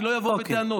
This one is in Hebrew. אני לא אבוא בטענות.